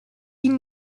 team